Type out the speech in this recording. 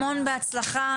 המון בהצלחה.